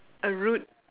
a rude